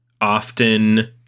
often